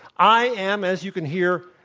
i am, as you can hear,